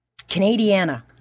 Canadiana